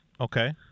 okay